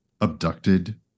Abducted